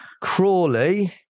Crawley